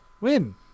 win